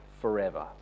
forever